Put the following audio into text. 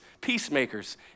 peacemakers